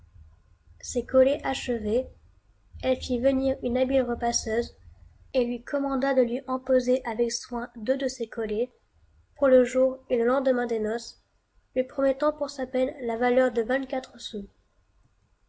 ces collets achevés elle fit venir une habile repasseuse et lui commanda de lui empeser avec soin deux de ces collets pour le jour et le lendemain des noces lui promettant pour sa peine la valeur de vingt-quatre sous